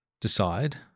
decide